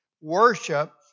Worship